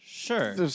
Sure